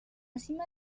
cima